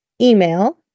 Email